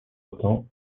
autant